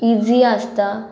easy आसता